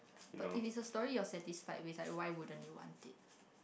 but it is a story you're satisfied with like why wouldn't you want it